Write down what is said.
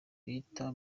bita